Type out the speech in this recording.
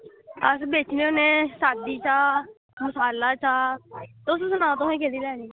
अस बेचने होने सादी चाह् मसाला चाह् तुस सनाओ तुसें केह्ड़ी लैनी